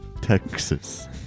Texas